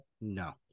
No